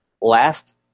last